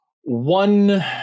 one